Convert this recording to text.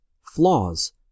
flaws